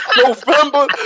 November